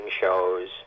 shows